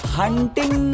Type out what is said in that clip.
hunting